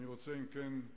אני רוצה, אם כן,